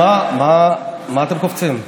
מה אתם קופצים?